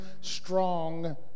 strong